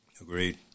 Agreed